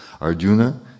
Arjuna